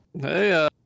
Hey